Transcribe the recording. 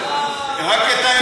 רק את האמת.